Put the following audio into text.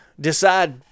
decide